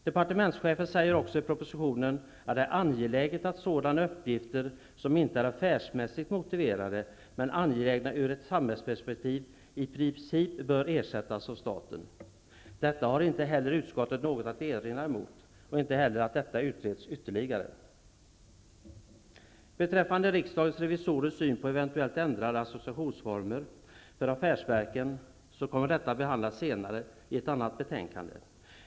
Departementschefen säger också i propositionen att det är angeläget att sådana uppgifter som inte är affärsmässigt motiverade men angelägna ur ett samhällsperspektiv i princip bör ersättas av staten. Detta har utskottet inte något att erinra mot och inte heller att detta utreds ytterligare. Frågan om riksdagens revisorers syn på eventuellt ändrade associationsformer för affärsverken kommer att behandlas senare i ett annat betänkande.